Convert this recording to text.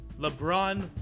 LeBron